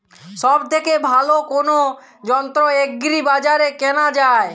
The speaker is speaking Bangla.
সব থেকে ভালো কোনো যন্ত্র এগ্রি বাজারে কেনা যায়?